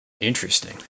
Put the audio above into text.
interesting